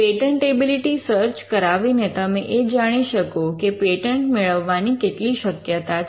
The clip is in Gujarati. પેટન્ટેબિલિટી સર્ચ કરાવીને તમે એ જાણી શકો કે પેટન્ટ મેળવવાની કેટલી શક્યતા છે